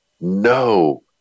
no